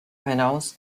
hinaus